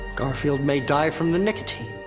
garfield may die from the nicotine,